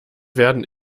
werden